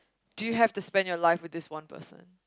do you have to spend your life with this one person